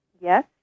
yes